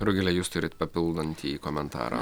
rugile jūs turite papildantį komentarą